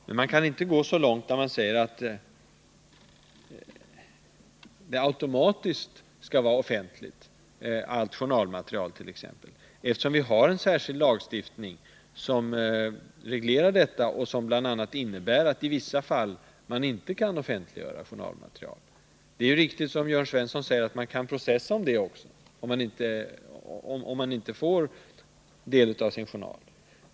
Man kan dock inte gå så långt som att säga att t.ex. allt journalmaterial automatiskt skall vara offentligt, eftersom vi har en särskild lagstiftning som reglerar detta och som bl.a. innebär att man i vissa fall inte kan offentliggöra journalmaterial ens om patienten själv vill det. Det är riktigt som Jörn Svensson säger att man kan processa, om man inte får del av sin journal.